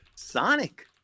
sonic